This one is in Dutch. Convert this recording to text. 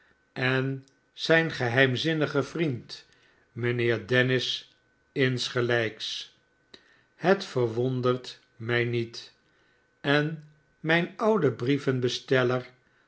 en zijn geheimzinnige vriend mijnheer dennis insgelijks het verwondert mij niet en mijn oude